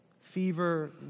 fever